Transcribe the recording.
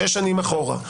שש שנים אחורה.